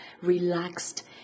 relaxed